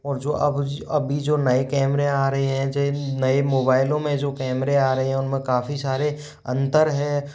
जो अब अभी जो नए कैमरे आ रहे हैं जिन नए मोबाइलों में जो कैमरे आ रहे हैं उन में काफ़ी सारे अंतर हैं और